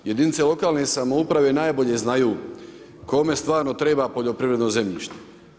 Jedinice lokalne samouprave najbolje znaju, kome stvarno treba poljoprivredno zemljište.